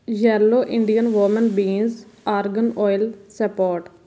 yellow Indian woman beans argan oil support